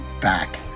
back